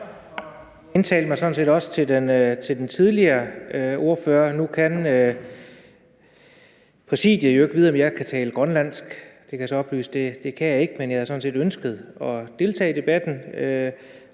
jeg trykkede mig sådan set også ind ved den tidligere ordfører. Nu kan Præsidiet jo ikke vide, om jeg kan tale grønlandsk. Det kan jeg så oplyse at jeg ikke kan, men jeg havde sådan set ønsket at deltage i debatten,